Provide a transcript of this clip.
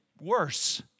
worse